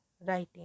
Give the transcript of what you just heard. writing